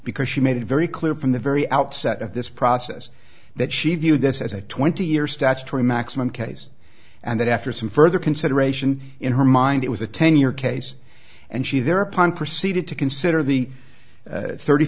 because she made it very clear from the very outset of this process that she viewed this as a twenty year statutory maximum case and that after some further consideration in her mind it was a ten year case and she thereupon proceeded to consider the thirty